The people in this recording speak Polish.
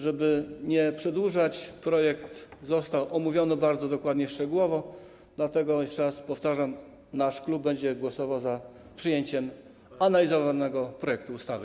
Żeby nie przedłużać: Projekt został omówiony bardzo dokładnie i szczegółowo, dlatego jeszcze raz powtarzam, że nasz klub będzie głosował za przyjęciem analizowanego projektu ustawy.